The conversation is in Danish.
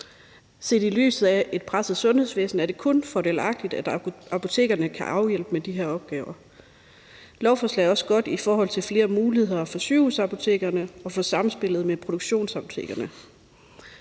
Set i lyset af et presset sundhedsvæsen er det kun fordelagtigt, at apotekerne kan afhjælpe det ved at påtage sig den opgave. Lovforslaget er også godt i forhold til at give flere muligheder for sygehusapotekerne i forhold til samspillet med produktionsapotekerne.